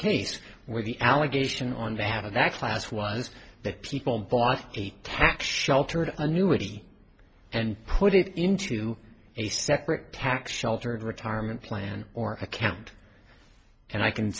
case where the allegation on behalf of that class was that people bought a tax sheltered annuity and put it into a separate tax sheltered retirement plan or account and i can